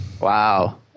Wow